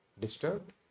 Disturbed